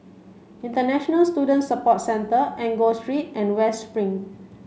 International Student Support Centre Enggor Street and West Spring